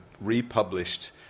republished